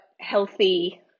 healthy